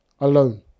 alone